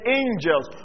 angels